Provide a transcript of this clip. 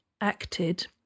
acted